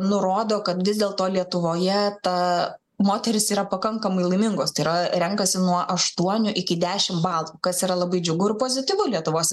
nurodo kad vis dėlto lietuvoje ta moteris yra pakankamai laimingos tai yra renkasi nuo aštuonių iki dešimt balų kas yra labai džiugu ir pozityvu lietuvos